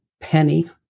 penny